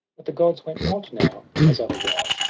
but the gods went not now, as otherwhile.